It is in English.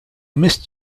missed